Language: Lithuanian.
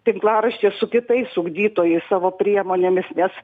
tinklaraštyje su kitais ugdytojais savo priemonėmis nes